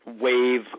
wave